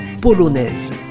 polonaise